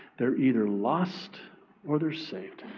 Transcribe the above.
they're either lost or they're saved.